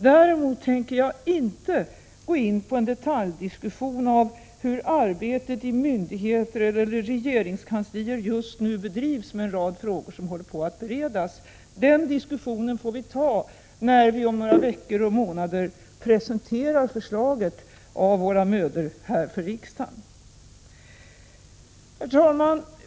Däremot tänker jag inte gå in på en detaljdiskussion av hur arbetet i myndigheter eller i regeringskansliet just nu bedrivs med en rad frågor som håller på att beredas. Den diskussionen får vi ta när resultatet av våra mödor om några veckor eller månader presenteras för riksdagen. Herr talman!